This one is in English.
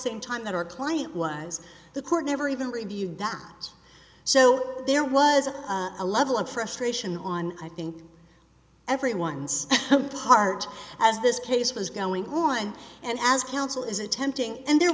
same time that our client was the court never even reviewed that so there was a level of frustration on i think everyone's part as this case was going on and as counsel is attempting and there